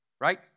Right